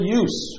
use